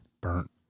Burnt